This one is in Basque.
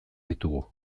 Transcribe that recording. ditugu